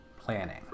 planning